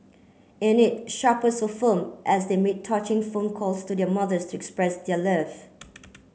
in it shopper so firm as they made touching phone calls to their mothers to express their love